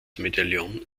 medaillon